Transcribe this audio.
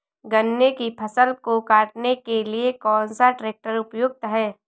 गन्ने की फसल को काटने के लिए कौन सा ट्रैक्टर उपयुक्त है?